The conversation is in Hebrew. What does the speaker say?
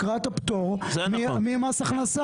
תקרת הפטור ממס הכנסה.